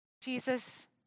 Jesus